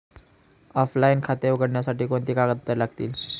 Offline खाते उघडण्यासाठी कोणती कागदपत्रे लागतील?